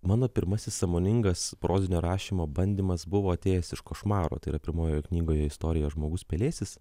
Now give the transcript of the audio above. mano pirmasis sąmoningas prozinio rašymo bandymas buvo atėjęs iš košmaro tai yra pirmojoj knygoj istorija žmogus pelėsis